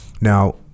Now